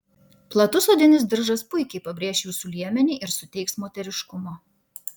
platus odinis diržas puikiai pabrėš jūsų liemenį ir suteiks moteriškumo